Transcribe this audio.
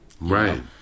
Right